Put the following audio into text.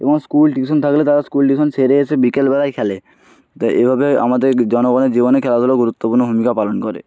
এবং school tuition থাকলে তারা স্কুল টিউশন সেরে এসে বিকেলবেলায় খেলে তো এভাবে আমাদের জনগণের জীবনে খেলাধুলা গুরুত্বপূর্ণ ভূমিকা পালন করে